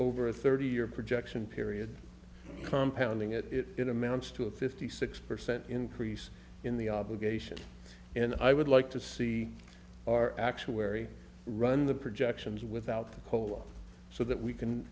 over a thirty year projection period compound ing it it amounts to a fifty six percent increase in the obligation and i would like to see our actuary run the projections without the cola so that we can